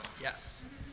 Yes